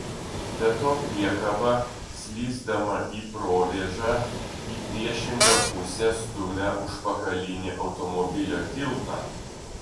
be to priekaba slysdama į provėžą į priešingą pusę stumia užpakalinį automobilio tiltą